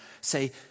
Say